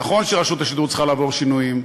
נכון שרשות השידור צריכה לעבור שינויים,